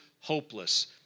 hopeless